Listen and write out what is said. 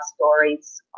stories